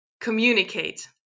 communicate